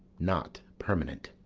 not permanent,